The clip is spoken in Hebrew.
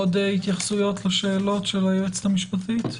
עוד התייחסויות לשאלות של היועצת המשפטית?